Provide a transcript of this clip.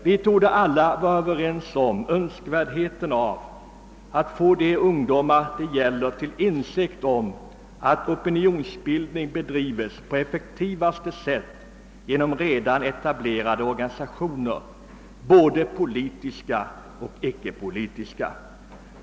Vi torde alla vara överens om önskvärdheten av att få de ungdomar det gäller till insikt om att opinionsbildning bedrivs på effektivaste sätt genom redan etablerade organisationer, både politiska och icke politiska.